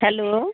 hello